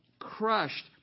Crushed